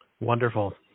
Wonderful